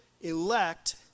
elect